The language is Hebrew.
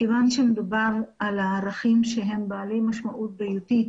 מכיוון שמדובר על הערכים שהם בעלי משמעות בריאותית